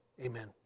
Amen